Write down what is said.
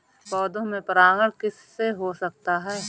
पौधों में परागण किस किससे हो सकता है?